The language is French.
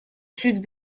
sud